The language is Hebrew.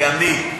כי אני,